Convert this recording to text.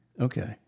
Okay